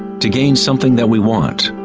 to gain something that we want,